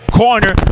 corner